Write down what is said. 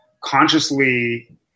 consciously